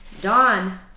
Dawn